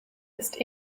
ist